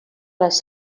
les